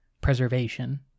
preservation